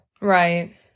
Right